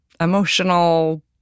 emotional